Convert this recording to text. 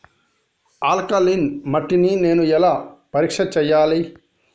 Alkaline మట్టి ని నేను ఎలా పరీక్ష చేయాలి?